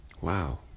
Wow